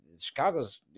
chicago's